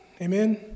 Amen